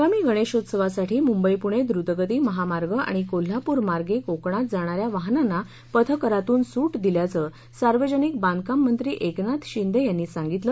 आगामी गणेशोत्सवासाठी मुंबई पुणे ट्रुतगती महामार्ग आणि कोल्हापूरमार्गे कोकणात जाणा या वाहनांना पथकरातून सूट दिल्याचं सार्वजनिक बांधकाममंत्री एकनाथ शिंदे यांनी सांगितलं